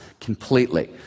completely